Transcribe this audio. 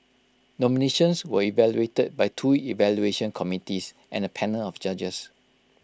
nominations were evaluated by two evaluation committees and A panel of judges